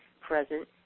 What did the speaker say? present